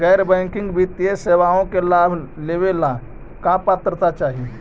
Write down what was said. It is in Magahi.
गैर बैंकिंग वित्तीय सेवाओं के लाभ लेवेला का पात्रता चाही?